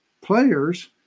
players